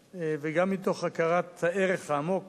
גם מתוך הכרת תודה וגם מתוך הכרת הערך העמוק,